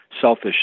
selfish